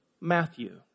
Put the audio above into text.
Matthew